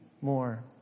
more